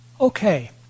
Okay